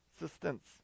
assistance